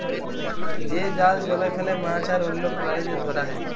যে জাল জলে ফেলে মাছ আর অল্য প্রালিদের ধরা হ্যয়